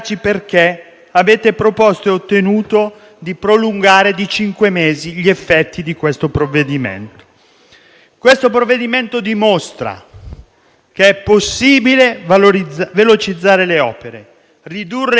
avete proposto e ottenuto di prolungarne di cinque mesi gli effetti. Questo provvedimento dimostra che è possibile velocizzare le opere, ridurre i tempi